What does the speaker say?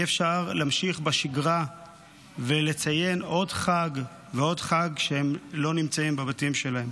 אי-אפשר להמשיך בשגרה ולציין עוד חג ועוד חג כשהם לא נמצאים בבתים שלהם.